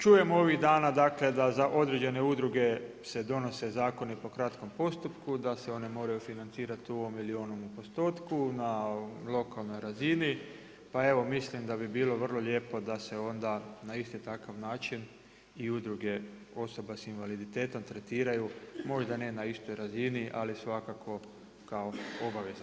Čujem ovih dana da određene udruge se donose zakoni po kratkom postupku, da se oni moraju financirati u ovom ili onom postotku na lokalnoj razini, pa evo mislim da bi bilo vrlo ljepo da se onda na isti takav način i udruge osoba s invaliditetom tretiraju možda ne na istoj razini, ali svakako kao obaveza.